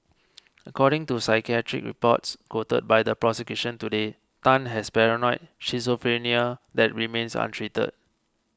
according to psychiatric reports quoted by the prosecution today Tan has paranoid schizophrenia that remains untreated